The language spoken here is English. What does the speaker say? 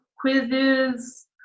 Quizzes